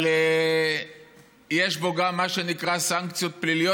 אבל יש בו גם מה שנקרא סנקציות פליליות.